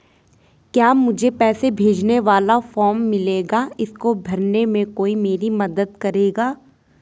क्या मुझे पैसे भेजने वाला फॉर्म मिलेगा इसको भरने में कोई मेरी मदद करेगा?